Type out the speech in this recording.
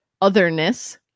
otherness